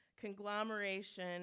conglomeration